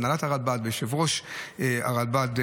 הנהלת הרלב"ד ויושב-ראש הרלב"ד,